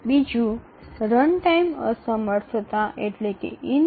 બીજું રનટાઈમ અસમર્થતા છે